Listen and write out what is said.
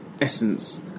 essence